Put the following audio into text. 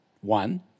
one